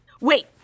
Wait